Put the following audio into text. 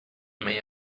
may